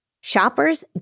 Shoppers